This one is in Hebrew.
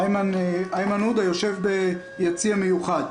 איימן עודה יושב ביציע מיוחד.